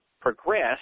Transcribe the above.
progress